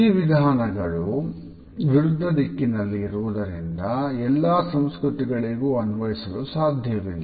ಈ ವಿಧಾನಗಳು ವಿರುದ್ಧ ದಿಕ್ಕಿನಲ್ಲಿ ಇರುವುದರಿಂದ ಎಲ್ಲ ಸಂಸ್ಕೃತಿಗಳಿಗೂ ಅನ್ವಯಿಸಲು ಸಾಧ್ಯವಿಲ್ಲ